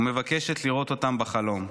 ומבקשת לראות אותם בחלום.